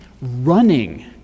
running